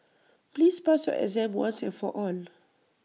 please pass your exam once and for all